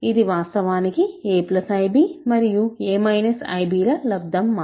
ఇది వాస్తవానికి a ib మరియు a ib ల లబ్దం మాత్రమే